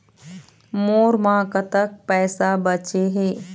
मोर म कतक पैसा बचे हे?